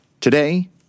Today